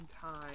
time